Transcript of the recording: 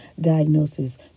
diagnosis